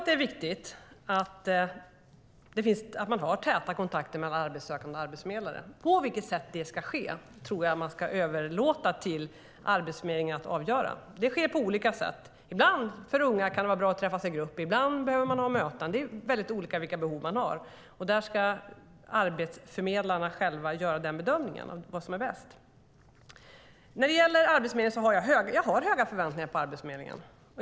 Det är viktigt att ha täta kontakter mellan arbetssökande och arbetsförmedlare. På vilket sätt det ska ske ska vi överlåta till Arbetsförmedlingen att avgöra. Det sker på olika sätt. Ibland kan det för unga vara bra att träffas i grupp. Ibland behöver de möten. Behoven är olika. Där ska arbetsförmedlarna själva bedöma vad som är bäst. Jag har höga förväntningar på Arbetsförmedlingen.